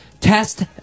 test